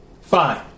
fine